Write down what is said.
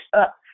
up